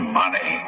money